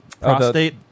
prostate